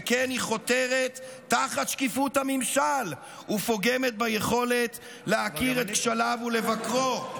שכן היא חותרת תחת שקיפות הממשל ופוגמת ביכולת להכיר את כשליו ולבקרו.